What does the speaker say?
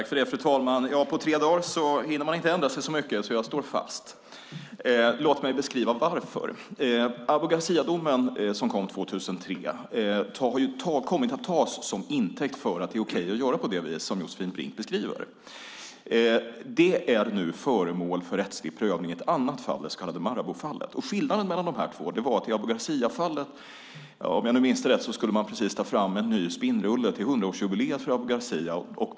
Fru talman! På tre dagar hinner man inte ändra sig så mycket, så jag står fast. Låt mig beskriva varför. Abu Garcia-domen, som kom 2003, har kommit att tas till intäkt för att det är okej att göra på det vis som Josefin Brink beskriver. Detta är nu föremål för rättslig prövning i ett annat fall, det så kallade Maraboufallet. Skillnaden mellan dessa två var att man i Abu Garcia-fallet, om jag minns rätt, precis skulle ta fram en ny spinnrulle för Abu Garcias hundraårsjubileum.